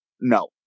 no